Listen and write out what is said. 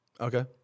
Okay